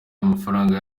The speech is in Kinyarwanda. amafaranga